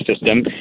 system